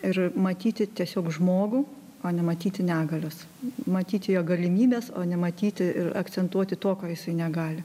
ir matyti tiesiog žmogų o nematyti negalios matyti jo galimybes o nematyti ir akcentuoti to ko jisai negali